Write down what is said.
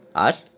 আর